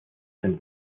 sind